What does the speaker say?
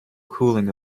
cooling